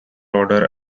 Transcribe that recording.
odor